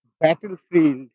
battlefield